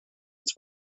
its